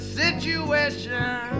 situation